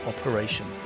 operation